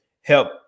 help